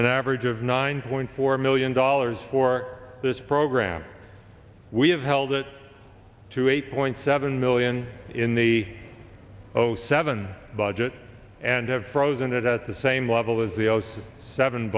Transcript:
an average of nine point four million dollars for this program we have held it to eight point seven million in the zero seven budget and have frozen it at the same level as the o c seven